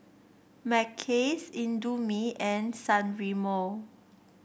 Mackays Indomie and San Remo